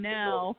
now